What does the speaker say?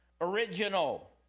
original